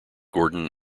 gordon